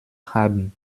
haben